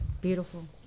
beautiful